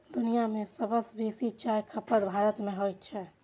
दुनिया मे सबसं बेसी चायक खपत भारत मे होइ छै